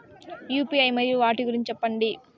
UPI మరియు వాటి గురించి సెప్పండి?